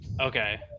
Okay